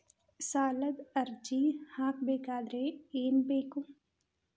ಸಾಲದ ಅರ್ಜಿ ಹಾಕಬೇಕಾದರೆ ಏನು ಬೇಕು?